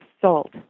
salt